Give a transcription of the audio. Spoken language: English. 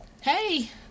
Hey